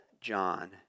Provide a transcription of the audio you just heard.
John